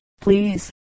Please